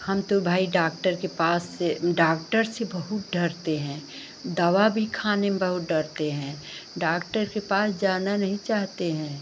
हम तो भाई डॉक्टर के पास से डॉक्टर से बहुत डरते हैं दवा भी खाने में बहुत डरते हैं डॉक्टर के पास जाना नहीं चाहते हैं